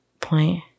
point